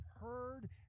heard